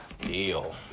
deal